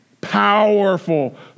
Powerful